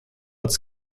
its